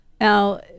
Now